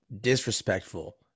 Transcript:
disrespectful